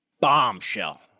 bombshell